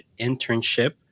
internship